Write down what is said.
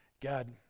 God